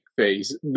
phase